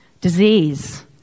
disease